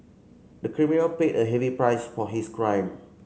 the criminal paid a heavy price for his crime